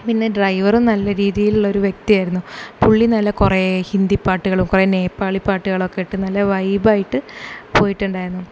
പിന്നെ ഡ്രൈവറും നല്ല രീതിയിലുൽ ഒരു വ്യക്തിയായിരുന്നു പുള്ളി നല്ല കുറേ ഹിന്ദി പാട്ടുകളും കുറേ നേപ്പാളി പാട്ടുകളും ഒക്കെ ഇട്ട് നല്ല വൈബ് ആയിട്ട് പോയിട്ടുണ്ടായിരുന്നു